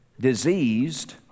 diseased